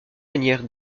manière